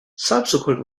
subsequent